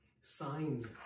Signs